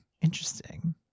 Interesting